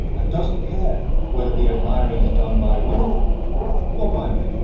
and doesn't care whether the admiring is done by women obama